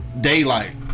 daylight